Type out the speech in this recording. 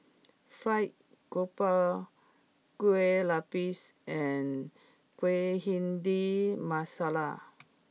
Fried Grouper Kueh Lapis and Bhindi Masala